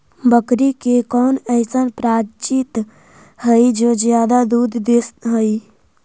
बकरी के कौन अइसन प्रजाति हई जो ज्यादा दूध दे हई?